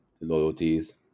loyalties